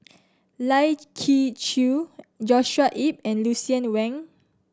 Lai Kew Chai Joshua Ip and Lucien Wang